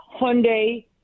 hyundai